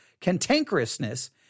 Cantankerousness